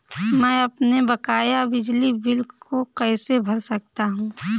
मैं अपने बकाया बिजली बिल को कैसे भर सकता हूँ?